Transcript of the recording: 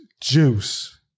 Juice